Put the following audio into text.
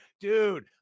Dude